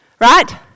right